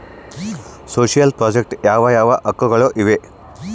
Social project ಯಾವ ಯಾವ ಹಕ್ಕುಗಳು ಇವೆ?